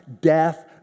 death